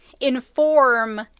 inform